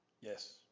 Yes